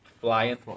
flying